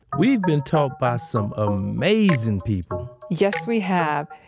we've been taught by some amazing people yes, we have,